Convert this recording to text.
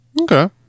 Okay